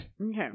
Okay